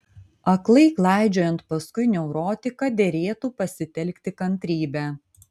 aklai klaidžiojant paskui neurotiką derėtų pasitelkti kantrybę